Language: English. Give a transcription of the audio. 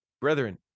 Brethren